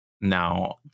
Now